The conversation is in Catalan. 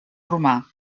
romà